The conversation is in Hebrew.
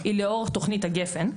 היא לאור תכנית הגפ"ן,